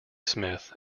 smith